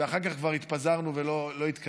ואחר כך התפזרנו וזה כבר לא התקדם.